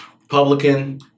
Republican